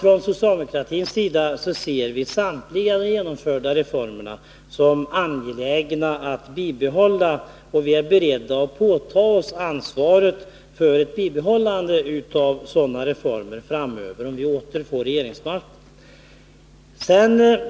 Från socialdemokratins sida ser vi samtliga de genomförda reformerna som angelägna att bibehålla, och vi är beredda att påta oss ansvaret för ett bibehållande av dem framöver, om vi åter får regeringsmakten.